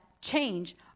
change